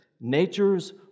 Nature's